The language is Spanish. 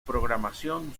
programación